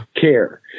care